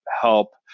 help